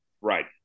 Right